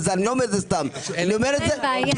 אני לא סתם אומר את זה.